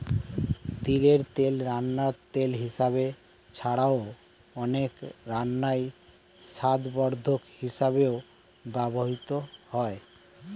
তিলের তেল রান্নার তেল হিসাবে ছাড়াও, অনেক রান্নায় স্বাদবর্ধক হিসাবেও ব্যবহৃত হয়